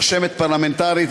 רשמת פרלמנטרית,